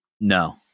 No